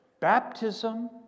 baptism